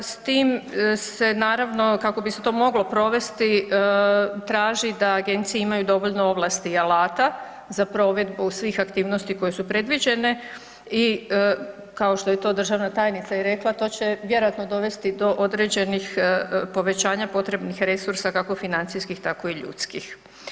S tim se naravno kako bi se to moglo provesti traži da agencije imaju dovoljno ovlasti i alata za provedbu svih aktivnosti koje su predviđene i kao što je to državna tajnica i rekla to će vjerojatno dovesti do određenih povećanja potrebnih resursa kako financijskih, tako i ljudskih.